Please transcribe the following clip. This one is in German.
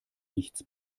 nichts